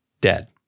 dead